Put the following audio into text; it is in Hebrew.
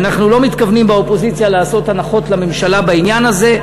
אנחנו לא מתכוונים באופוזיציה לעשות הנחות לממשלה בעניין הזה.